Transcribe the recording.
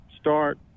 start